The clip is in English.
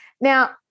Now